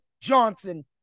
Johnson